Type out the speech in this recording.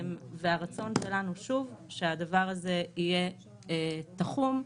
והרצון שלנו שהדבר הזה יהיה תחום,